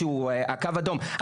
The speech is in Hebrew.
שהוא הקו האדום,